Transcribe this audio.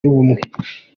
y’ubumwe